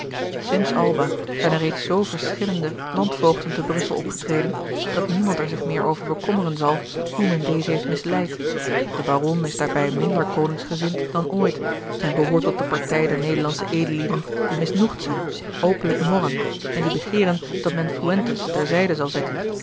sinds alba zijn er reeds zoo verschillende landvoogden te brussel opgetreden dat niemand er zich meer over bekommeren zal hoe men dezen heeft misleid de baron is daarbij minder koningsgezind dan ooit en behoort tot de partij der nederlandsche edellieden die misnoegd zijn openlijk morren en die begeeren dat men fuentes ter zijde zal zetten